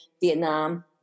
Vietnam